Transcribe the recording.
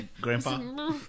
grandpa